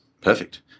Perfect